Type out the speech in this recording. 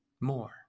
more